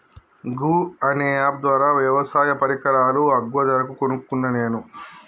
గూ అనే అప్ ద్వారా వ్యవసాయ పరికరాలు అగ్వ ధరకు కొనుకున్న నేను